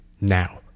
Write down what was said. now